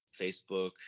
Facebook